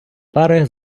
пари